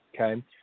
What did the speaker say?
Okay